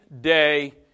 day